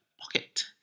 pocket